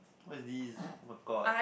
what is this [oh]-my-god